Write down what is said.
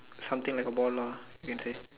something like a ball lah you can say